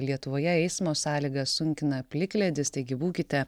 lietuvoje eismo sąlygas sunkina plikledis taigi būkite